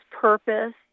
purpose